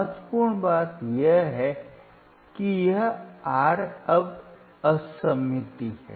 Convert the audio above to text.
महत्वपूर्ण बात यह है कि यह R अब असममित है